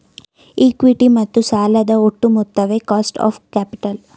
equity ಮತ್ತು ಸಾಲದ ಒಟ್ಟು ಮೊತ್ತವೇ ಕಾಸ್ಟ್ ಆಫ್ ಕ್ಯಾಪಿಟಲ್